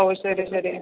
ഓ ശരി ശരി